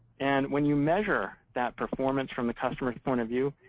and when you measure that performance from the customer's point of view,